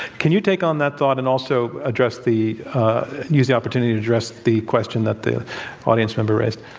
can you take on that thought and also address the use the opportunity to address the question that the audience member raised?